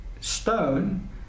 stone